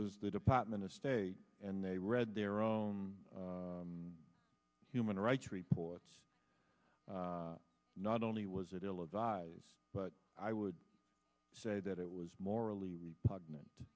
was the department of state and they read their own human rights reports not only was it ill advised but i would say that it was morally repugnant